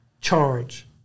charge